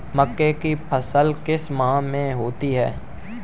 मक्के की फसल किस माह में होती है?